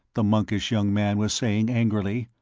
the monkish young man was saying angrily.